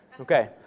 Okay